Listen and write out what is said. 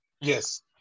yes